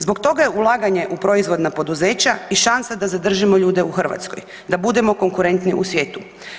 Zbog toga je ulaganje u proizvodna poduzeća i šansa da zadržimo ljude u Hrvatskoj, da budemo konkurentniji u svijetu.